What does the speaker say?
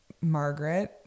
margaret